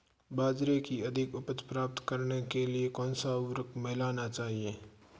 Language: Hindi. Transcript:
बाजरे की अधिक उपज प्राप्त करने के लिए कौनसा उर्वरक मिलाना चाहिए?